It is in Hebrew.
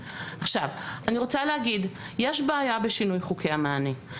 אני רוצה להגיד, יש בעיה בשינוי בחוקי המענה.